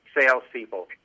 salespeople